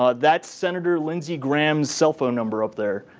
ah that's senator lindsey graham's cell phone number up there.